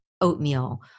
oatmeal